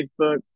Facebook